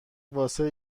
واسه